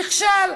נכשל,